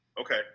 Okay